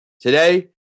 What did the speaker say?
Today